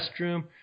restroom